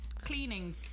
cleaning